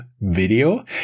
video